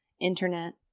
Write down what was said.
internet